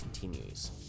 Continues